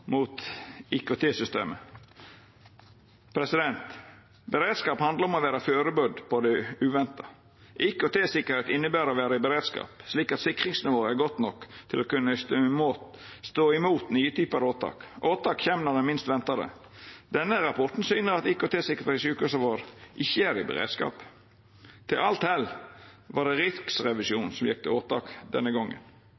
mot IKT-systemet. Beredskap handlar om å vera førebudd på det uventa. IKT-sikkerheit inneber å vera i beredskap, slik at sikringsnivået er godt nok til å kunna stå i mot nye typar åtak. Åtak kjem når ein minst ventar det. Denne rapporten syner at IKT-sikringa i sjukehusa våre ikkje er i beredskap. Til alt hell var det